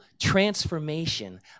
transformation